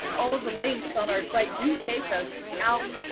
all of the links on our site do take us out,